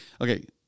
okay